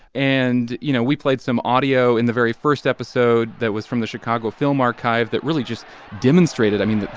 and, you know, we played some audio in the very first episode that was from the chicago film archive that really just demonstrated, i mean,